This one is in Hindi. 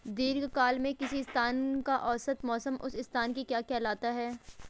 दीर्घकाल में किसी स्थान का औसत मौसम उस स्थान की क्या कहलाता है?